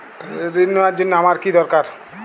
ঋণ নেওয়ার জন্য আমার কী দরকার?